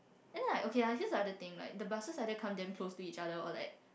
then like okay I feel this other thing like the buses either come damn close to each other or like